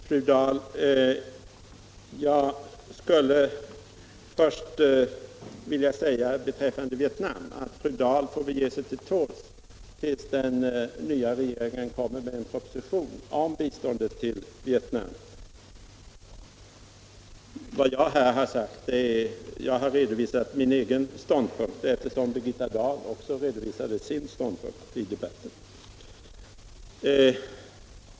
Herr talman! Först skulle jag vilja säga beträffande Vietnam, att fru Dahl får väl ge sig till tåls tills den nya regeringen kommer med en proposition om biståndet till Vietnam. Jag har här redovisat min egen ståndpunkt. eftersom Birgitta Dahl också redovisade sin ståndpunkt i debatten.